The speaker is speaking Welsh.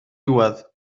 diwedd